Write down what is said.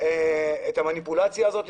את המניפולציה הזאת